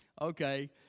okay